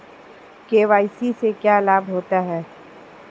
KYC से क्या लाभ होता है?